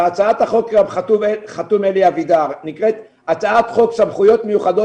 על הצעת החוק גם חתום אלי אבידר והיא נקראת הצעת חוק סמכויות מיוחדות